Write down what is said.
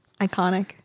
iconic